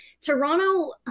Toronto